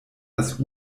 das